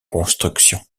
construction